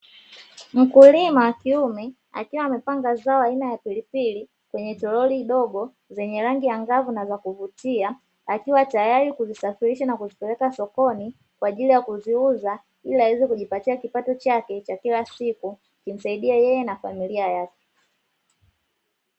Mkulima wakiume akiwa amepanga zao aina ya pilipili kwenye tolori dogo zenye rangi angavu na za kuvutia, akiwatayali kuzisafirisha na kuzipeleka sokoni kwaajiliya kuziuza iliaweze kujipatia kipato chake cha kila siku kimsahidie yeye na familia yake.